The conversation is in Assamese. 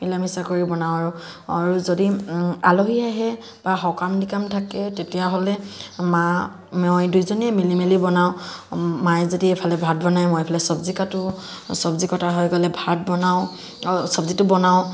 মিলা মিচা কৰি বনাওঁ আৰু যদি আলহী আহে বা সকাম নিকাম থাকে তেতিয়াহ'লে মা মই দুইজনীয়ে মিলি মেলি বনাওঁ মায়ে যদি এইফালে ভাত বনাই মই এইফালে চবজি কাটো চবজি কটা হৈ গ'লে ভাত বনাওঁ চবজিটো বনাওঁ